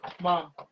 Mom